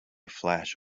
flash